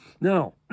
now